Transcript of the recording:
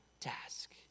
task